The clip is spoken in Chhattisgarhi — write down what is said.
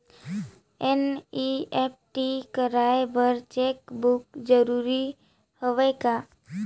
एन.ई.एफ.टी कराय बर चेक बुक जरूरी हवय का?